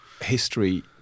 history